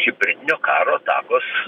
hibridinio karo atakos